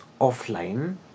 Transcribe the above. offline